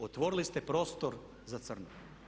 Otvorili ste prostor za crno.